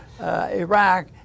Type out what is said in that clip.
Iraq